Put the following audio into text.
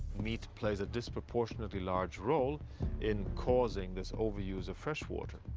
meat plays a disproportionately large role in causing this overuse of freshwater.